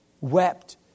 Wept